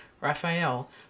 Raphael